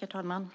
Herr talman!